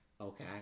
Okay